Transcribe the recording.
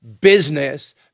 business